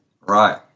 Right